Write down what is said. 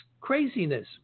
craziness